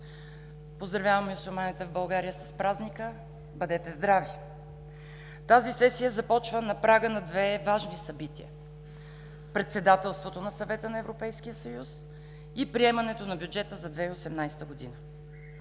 Поздравявам мюсюлманите в България с празника. Бъдете здрави! Тази сесия започва на прага на две важни събития: председателството на Съвета на Европейския съюз и приемането на бюджета за 2018 г.